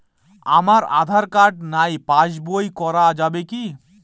আমার আঁধার কার্ড নাই পাস বই করা যাবে কি?